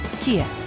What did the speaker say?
Kia